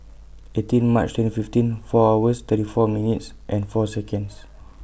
eighteen March twenty fifteen four hours thirty four minutes and four Seconds